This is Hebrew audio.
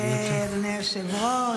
אדוני היושב-ראש,